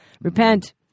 Repent